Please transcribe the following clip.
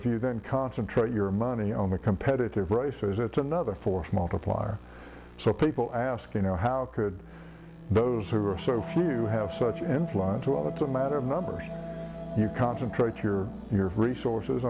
if you then concentrate your money on the competitive races it's another force multiplier so people ask you know how could those who are so few have such an influence well it's a matter of numbers you concentrate your your resources